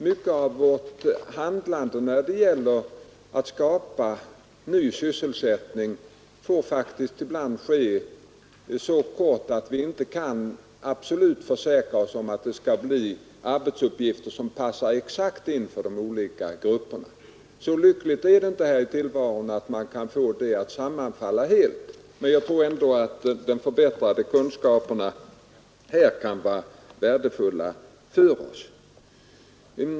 Mycket av vårt handlande när det gäller att skapa ny sysselsättning måste faktiskt ibland ske så snabbt att vi inte kan absolut försäkra oss om att det blir arbetsuppgifter som passar exakt in för de olika grupperna. Så lyckligt är det inte här i tillvaron att man kan få det att sammanfalla helt, men jag tror ändå att de förbättrade informationerna kan vara värdefulla för oss.